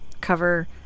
cover